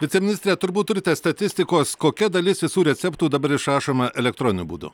viceministre turbūt turite statistikos kokia dalis visų receptų dabar išrašoma elektroniniu būdu